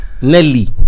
Nelly